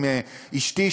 עם אשתי,